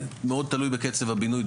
מאוד תלוי בקצב הבינוי,